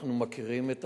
אנחנו מכירים,